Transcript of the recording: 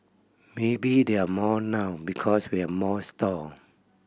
maybe there are more now because we are more stall